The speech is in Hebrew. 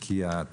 כי אתה